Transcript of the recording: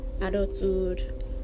adulthood